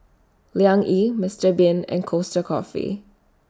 Liang Yi Mister Bean and Costa Coffee